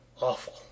Awful